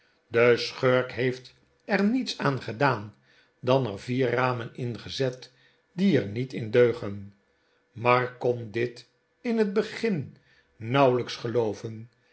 de schurk heeft er niets aan gedaan dan er vier ramen ingezet die er niet in deugen mark kon dit in het begin nauwelijks gelooven